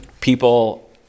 people